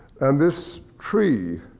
and this tree,